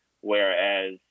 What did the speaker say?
Whereas